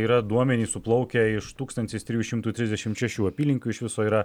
yra duomenys suplaukę iš tūkstantis trijų šimtų trisdešimt šešių apylinkių iš viso yra